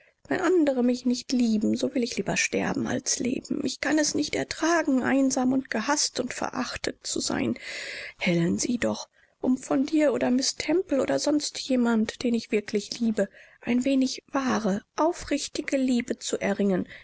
wenn andere mich nicht lieben so will ich lieber sterben als leben ich kann es nicht ertragen einsam und gehaßt und verachtet zu sein helen sieh doch um von dir oder miß temple oder sonst jemand den ich wirklich liebe ein wenig wahre aufrichtige liebe zu erringen